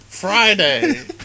Friday